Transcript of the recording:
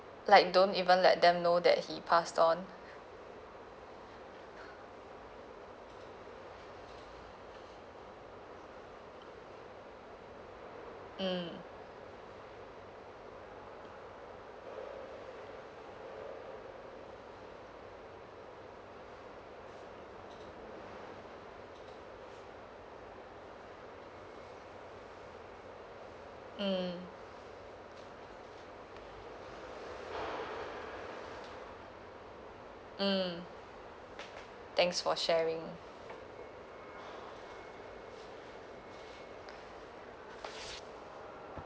like don't even let them know that he passed on mm mm thanks for sharing